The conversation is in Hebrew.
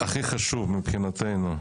הכי חשוב מבחינתנו,